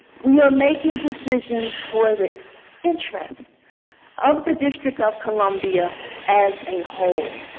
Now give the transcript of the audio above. we are making decisions for the interests of the district of columbia as a whole.